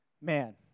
Man